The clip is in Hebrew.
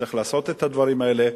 צריך לעשות את הדברים האלה.